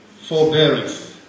Forbearance